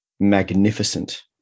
magnificent